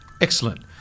Excellent